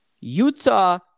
Utah